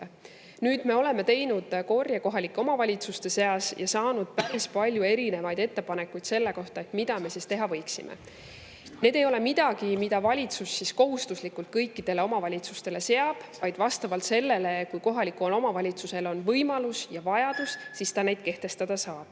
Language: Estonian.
Me oleme teinud korje kohalike omavalitsuste seas ja saanud päris palju erinevaid ettepanekuid selle kohta, mida me teha võiksime. Need ei ole midagi, mida valitsus kohustuslikult kõikidele omavalitsustele seab, vaid vastavalt sellele, kui kohalikul omavalitsusel on võimalus ja vajadus, siis ta neid kehtestada saab.